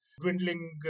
dwindling